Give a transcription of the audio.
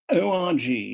ORG